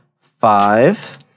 five